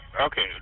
Okay